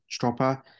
Stropper